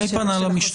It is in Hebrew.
מי פנה למשטרה?